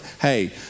Hey